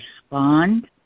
respond